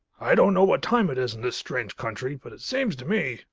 i don't know what time it is in this strange country, but it seems to me.